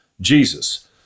Jesus